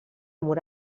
mur